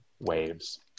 waves